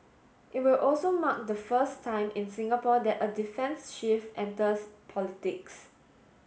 it will also mark the first time in Singapore that a defence chief enters politics